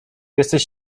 jesteś